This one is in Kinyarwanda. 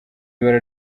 ibara